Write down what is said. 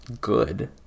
good